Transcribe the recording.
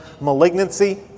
malignancy